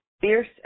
fierce